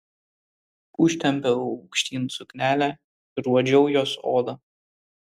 užtempiau aukštyn suknelę ir uodžiau jos odą